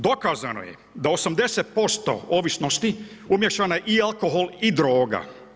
Dokazano je da 80% ovisnosti umiješana je i alkohol i droga.